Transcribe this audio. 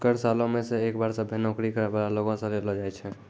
कर सालो मे एक बार सभ्भे नौकरी करै बाला लोगो से लेलो जाय छै